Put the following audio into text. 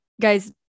Guys